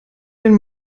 den